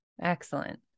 Excellent